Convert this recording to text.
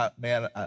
man